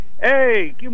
Hey